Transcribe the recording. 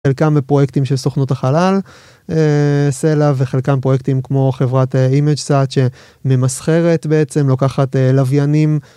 חלקם בפרויקטים של סוכנות החלל, אהה.. סלע וחלקם פרויקטים כמו חברת אימג' סאט שממשכרת בעצם, לוקחת לוויינים...